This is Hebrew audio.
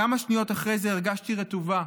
"כמה שניות אחרי הרגשתי רטובה,